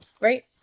Right